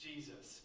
Jesus